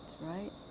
right